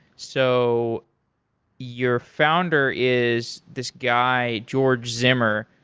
so your founder is this guy george zimmer,